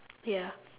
ya